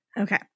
okay